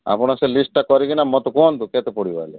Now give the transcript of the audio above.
ଆପଣ ସେ ଲିଷ୍ଟଟା କରିକିନା ମୋତେ କୁହନ୍ତୁ କେତେ ପଡ଼ିବ ହେଲେ